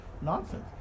nonsense